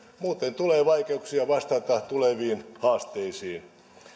muuten tulee vaikeuksia vastata tuleviin haasteisiin